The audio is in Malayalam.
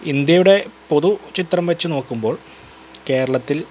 ഇന്ത്യയുടെ പൊതു ചിത്രം വച്ചു നോക്കുമ്പോൾ കേരളത്തിൽ